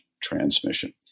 transmission